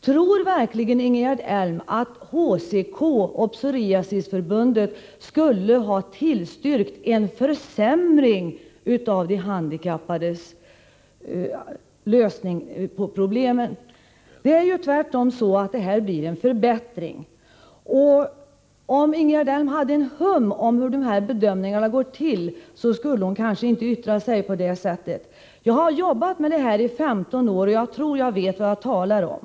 Tror verkligen Ingegerd Elm att HCK och Svenska psoriasisförbundet skulle ha tillstyrkt ett förslag som innebär en försämring för de handikappade? Det är tvärtom så, att det här förslaget innebär en förbättring. Om Ingegerd Elm hade det minsta hum om hur det går till när sådana här bedömningar görs, skulle hon kanske inte yttra sig som hon gjort. Jag har arbetat med frågor av detta slag i 15 år. Jag tror därför att jag vet vad jag talar om.